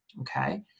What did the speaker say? okay